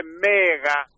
mega